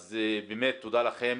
אז באמת תודה לכם.